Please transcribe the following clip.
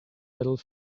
little